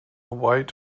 white